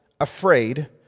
afraid